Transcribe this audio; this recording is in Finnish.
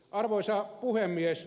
arvoisa puhemies